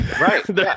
right